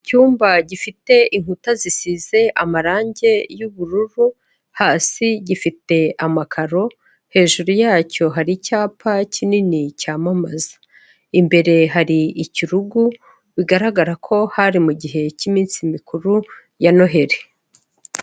Icyumba gifite inkuta zisize amarange y'ubururu, hasi gifite amakaro, hejuru yacyo hari icyapa kinini cyamamaza, imbere hari ikirugu bigaragara ko hari mu gihe cy'iminsi mikuru ya noheri.